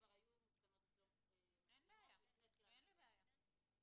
שכבר היו מותקנות אצלו מצלמות לפני תחילת ה..."